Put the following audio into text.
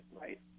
right